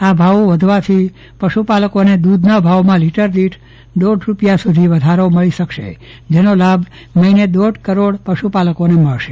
આ ભાવો વધવાથી પશુપાલકોને દુધના ાભવમાં લીટર દીઠ દોઢ રૂપિયા સુધી વધારો મેળવી શકશે જેનો લાભ મહિને દોઢ કરોડ પશુપાલકોને મળશે